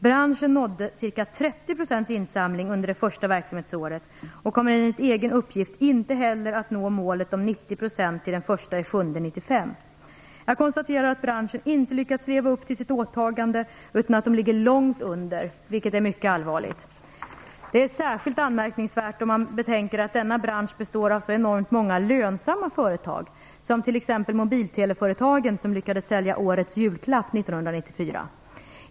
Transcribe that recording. Branschen nådde ca 30 % insamling under det första verksamhetsåret och kommer enligt egen uppgift inte heller att nå målet 90 % till den 1 juli 1995. Jag konstaterar att branschen inte lyckats leva upp till sitt åtagande utan att den ligger långt under detta, vilket är mycket allvarligt. Detta är särskilt anmärkningsvärt när man betänker att denna bransch består av så enormt många lönsamma företag, som t.ex. mobiltele-företagen, som lyckades sälja "årets julklapp" 1994.